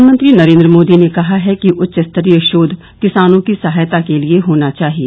प्रधानमंत्री नरेंद्र मोदी ने कहा है कि उच्चस्तरीय शोध किसानों की सहायता के लिए होना चाहिए